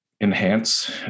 Enhance